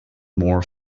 more